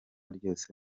ryose